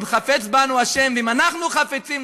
אם חפץ בנו ה'" אם אנחנו חפצים,